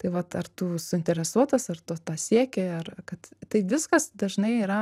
tai vat ar tu suinteresuotas ar tu to sieki ar kad tai viskas dažnai yra